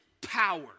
power